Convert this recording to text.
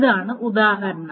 ഇതാണ് ഉദാഹരണം